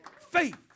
faith